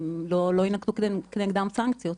לא יינקטו כנגדם סנקציות.